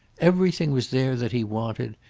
everything was there that he wanted,